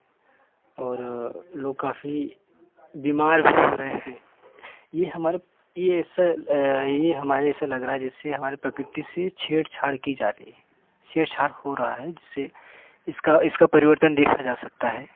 और लोग काफ़ी बीमार भी हो रहे हैं यह हमारे यह ऐसा यह हमारे ऐसा लग रहा है जिससे हमारे प्रकृति से छेड़ छाड़ की जा रही है छेड़ छाड़ हो रहा है जिससे इसका इसका परिवर्तन देखा जा सकता है